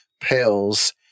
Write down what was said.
pills